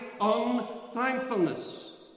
unthankfulness